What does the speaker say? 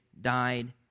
died